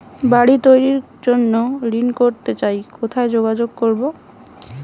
বাড়ি তৈরির জন্য ঋণ করতে চাই কোথায় যোগাযোগ করবো?